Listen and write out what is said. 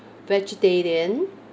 vegetarian